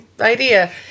idea